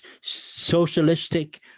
Socialistic